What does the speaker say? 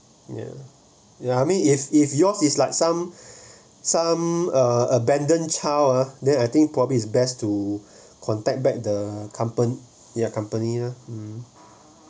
ya ya I mean if if yours is like some some are abandoned child ah then I think probably is best to contact back the compa~ yeah company lah